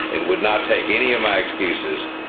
and would not take any of my excuses,